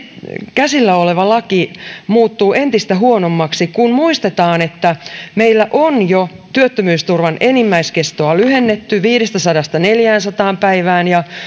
käsillä oleva laki muuttuu entistä huonommaksi kun muistetaan että meillä on jo työttömyysturvan enimmäiskestoa lyhennetty viidestäsadasta neljäänsataan päivään ja